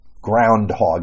Groundhog